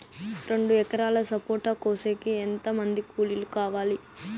రెండు ఎకరాలు సపోట కోసేకి ఎంత మంది కూలీలు కావాలి?